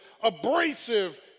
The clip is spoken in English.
abrasive